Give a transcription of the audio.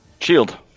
Shield